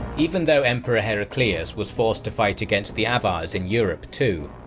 even though emperor heraclius was forced to fight against the avars in europe too,